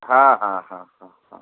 हाँ हाँ हाँ हाँ हाँ